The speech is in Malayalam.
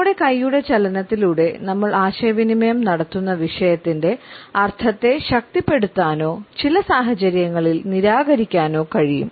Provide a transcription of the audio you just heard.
നമ്മുടെ കൈയുടെ ചലനത്തിലൂടെ നമ്മൾ ആശയവിനിമയം നടത്തുന്ന വിഷയത്തിന്റെ അർത്ഥത്തെ ശക്തിപ്പെടുത്താനോ ചില സാഹചര്യങ്ങളിൽ നിരാകരിക്കാനോ കഴിയും